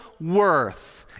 worth